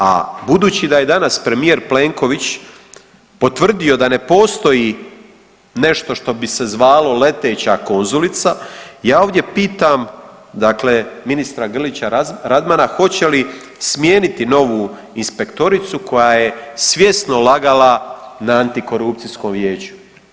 A budući da je danas premijer Plenković potvrdio da ne postoji nešto što bi se zvalo leteća konzulica ja ovdje pitam dakle ministra Grlića Radmana hoće li smijeniti novu inspektoricu koja je svjesno lagala na Antikorupcijskom vijeću.